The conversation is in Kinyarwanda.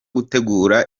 gutegura